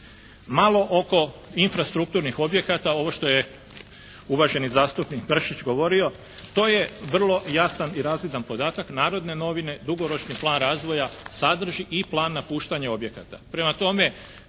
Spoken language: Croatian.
Malo oko infrastrukturnih objekata, ovo što je uvaženi zastupnik Mršić govorio. To je vrlo jasan i razvidan podatak. "Narodne novine" dugoročni plan razvoja sadrži i plan napuštanja objekata.